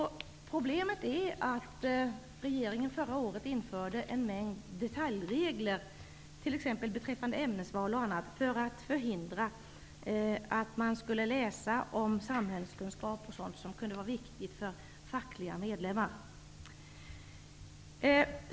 Problemet är att regeringen förra året införde en mängd detaljregler, t.ex. beträffande ämnesval, för att förhindra att man skulle läsa om samhällskunskap etc. som kunde vara viktigt för fackliga medlemmar.